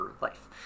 life